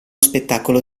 spettacolo